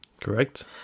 correct